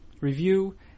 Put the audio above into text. review